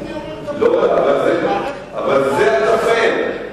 נכון, אבל זה הטפל.